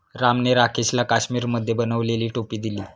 रामने राकेशला काश्मिरीमध्ये बनवलेली टोपी दिली